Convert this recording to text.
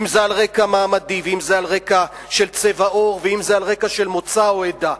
אם על רקע מעמדי ואם על רקע של צבע עור ואם על רקע של מוצא או עדה,